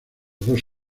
dos